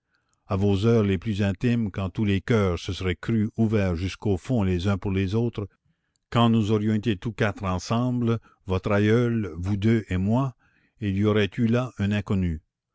à vos heures les plus intimes quand tous les coeurs se seraient crus ouverts jusqu'au fond les uns pour les autres quand nous aurions été tous quatre ensemble votre aïeul vous deux et moi il y aurait eu là un inconnu